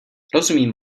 rozumím